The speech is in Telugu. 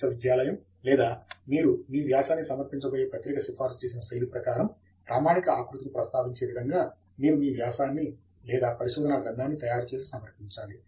విశ్వవిద్యాలయం లేదా మీరు మీ వ్యాసాన్ని సమర్పించబోయే పత్రిక సిఫారసు చేసిన శైలి ప్రకారం ప్రామాణిక ఆకృతిని ప్రస్తావించే విధముగా మీరు మీ వ్యాసాన్ని లేదా పరిశోధనా గ్రంధాన్ని తయారుచేసి సమర్పించాలి